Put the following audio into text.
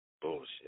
Bullshit